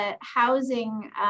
housing